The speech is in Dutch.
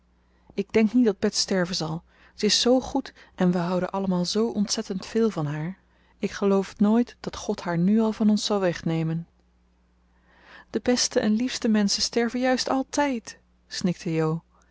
ik denk niet dat bets sterven zal ze is zoo goed en we houden allemaal zoo ontzettend veel van haar ik geloof nooit dat god haar nu al van ons zal wegnemen de beste en liefste menschen sterven juist altijd snikte jo